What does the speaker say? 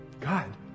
God